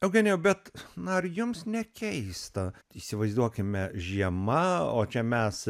eugenijau bet na ar jums nekeista įsivaizduokime žiema o čia mes